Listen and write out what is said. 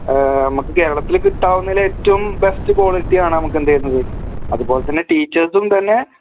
നമുക്ക് കേരളത്തില് കിട്ടാവുന്നതില് ഏറ്റവും ബെസ്റ്റ് കോളിറ്റി ആണ് നമുക്ക് എന്ത് തരുന്നത് അത് പോലെ തന്നെ ടീച്ചേഴ്സും തന്നെ